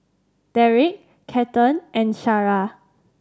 Darrick Kathern and Shara